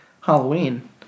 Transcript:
Halloween